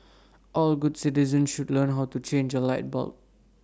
all good citizens should learn how to change A light bulb